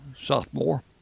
sophomore